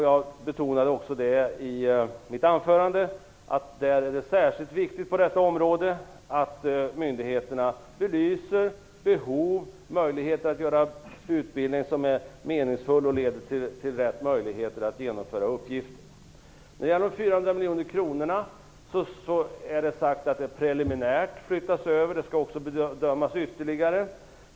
Jag betonade också i mitt anförande att det är särskilt viktigt att myndigheterna i det här sammanhanget belyser behov och möjligheter att genomföra utbildning som är meningsfull och som gör det möjligt att utföra uppgifter. Vad gäller de 400 miljoner kronorna är det sagt att de preliminärt flyttas över. Frågan skall bedömas ytterligare.